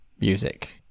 music